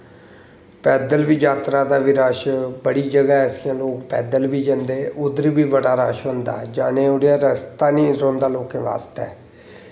पैदल बी जात्तरा दा बी रश बड़ी जगह ऐसियां लोग पैदल बी जंदे उद्धर बी बड़ा रश होंदा होंदा जाने जोगड़ा रस्ता नेईं रौंह्दा लोकें बास्तै